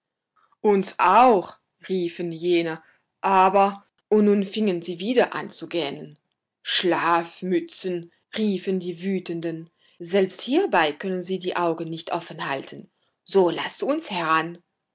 uns auch riefen jene aber und nun fingen sie wieder an zu gähnen schlafmützen riefen die wütenden selbst hierbei können sie die augen nicht offen halten so laßt uns heran